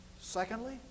Secondly